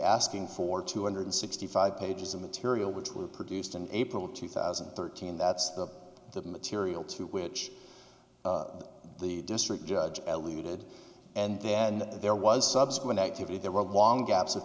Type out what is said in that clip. asking for two hundred sixty five pages of material which were produced in april two thousand and thirteen that's the material to which the district judge alluded and then there was subsequent activity there were long gaps of